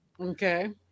Okay